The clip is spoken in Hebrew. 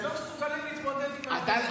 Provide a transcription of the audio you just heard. אתם לא מסוגלים להתמודד עם --- אתה.